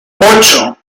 ocho